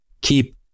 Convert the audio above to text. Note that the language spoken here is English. keep